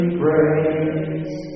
praise